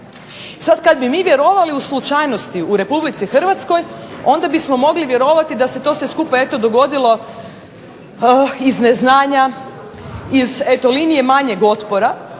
Sada kada bi mi vjerovali u slučajnosti u RH onda bismo mogli vjerovati da se to sve skupa eto dogodilo iz neznanja, iz linije manjeg otpora.